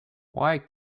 why